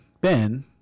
Ben